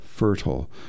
Fertile